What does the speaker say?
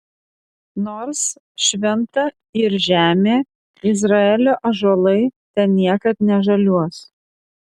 nors šventa yr žemė izraelio ąžuolai ten niekad nežaliuos